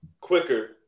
quicker